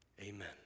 amen